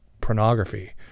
pornography